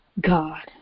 God